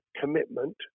commitment